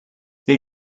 they